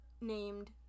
named